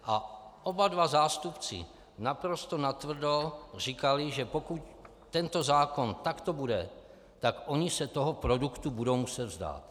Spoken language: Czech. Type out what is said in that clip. A oba zástupci naprosto natvrdo říkali, že pokud tento zákon takto bude, tak oni se toho produktu budou muset vzdát.